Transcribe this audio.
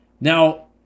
Now